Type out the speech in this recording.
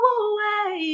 away